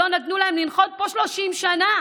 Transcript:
שלא נתנו להם לנחות פה 30 שנה,